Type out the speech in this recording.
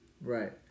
Right